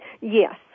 Yes